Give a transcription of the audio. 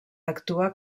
actua